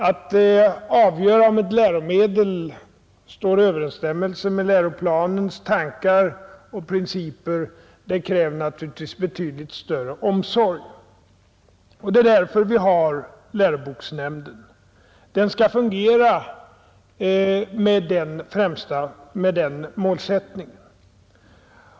Att avgöra om ett läromedel står i överensstämmelse med läroplanens tankar och principer kräver naturligtvis betydligt större omsorg, och det är därför vi har läroboksnämnden. Den skall fungera med den målsättningen.